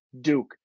Duke